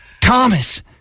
Thomas